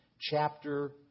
chapter